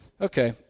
Okay